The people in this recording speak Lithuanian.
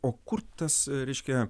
o kur tas reiškia